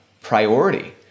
priority